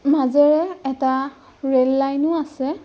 মাজেৰে এটা ৰেল লাইনো আছে